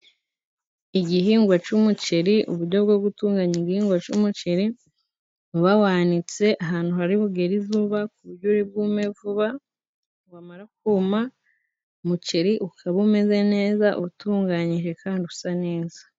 Igihingwa cy'umuceri，uburyo bwo gutunganya igihingwa cy'umuceri，wanitse ahantu hari bugere izuba， ku buryo uri bwume vuba， wamara kuma， umuceri ukaba umeze neza， utunganyije kandi usa neza.